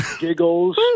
giggles